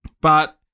But-